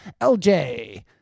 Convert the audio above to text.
LJ